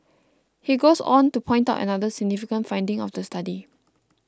he goes on to point out another significant finding of the study